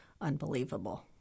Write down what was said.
unbelievable